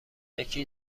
یکی